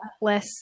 less